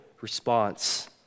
response